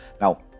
Now